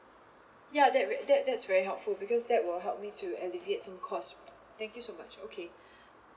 ya that very that that's very helpful because that will help me to alleviate some cost thank you so much okay